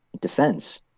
defense